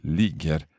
ligger